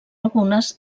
algunes